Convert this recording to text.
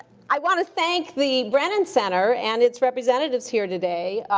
i want to thank the brennan center and its representatives here today,